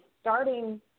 starting